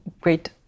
great